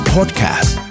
Podcast